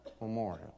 memorial